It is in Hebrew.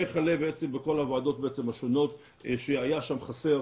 וכלה בעצם בכל הוועדות השונות שהיה שם חסר